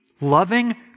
loving